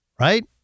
right